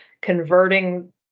converting